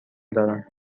دارم